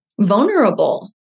vulnerable